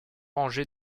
rangées